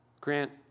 Grant